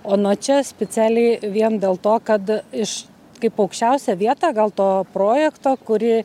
o nuo čia specialiai vien dėl to kad iš kaip aukščiausia vieta gal to projekto kurį